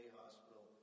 hospital